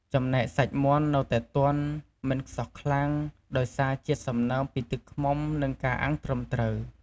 ចំណែកសាច់មាន់នៅតែទន់ មិនខ្សោះខ្លាំង ដោយសារជាតិសំណើមពីទឹកឃ្មុំនិងការអាំងត្រឹមត្រូវ។